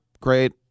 great